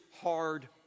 hard